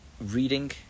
Reading